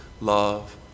love